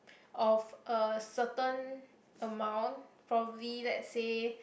of a certain amount probably let's say